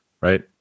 right